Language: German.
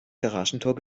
garagentor